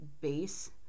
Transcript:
base